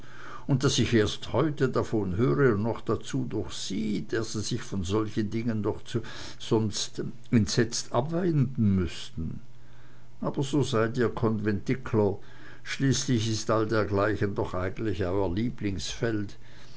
und daß ich erst heute davon höre und noch dazu durch sie der sie sich von solchen dingen doch zunächst entsetzt abwenden müßten aber so seid ihr konventikler schließlich ist all dergleichen doch eigentlich euer lieblingsfeld